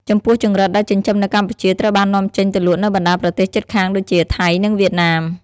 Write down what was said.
ចំពោះចង្រិតដែលចិញ្ចឹមនៅកម្ពុជាត្រូវបាននាំចេញទៅលក់នៅបណ្តាប្រទេសជិតខាងដូចជា ថៃ និងវៀតណាម។